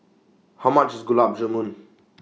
How much IS Gulab Jamun